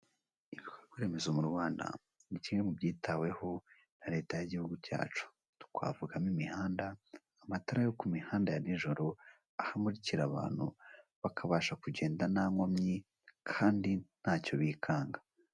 Ibikorwaremezo mu Rwanda ni kimwe mu byitaweho na Leta y'Igihugu cyacu, twavugamo imihanda, amatara yo ku mihanda ya nijoro, aho amurikira abantu bakabasha kugenda nta nkomyi kandi ntacyo bikanga.